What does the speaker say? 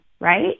Right